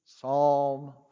Psalm